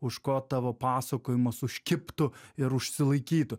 už ko tavo pasakojimas užkibtų ir užsilaikytų